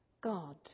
God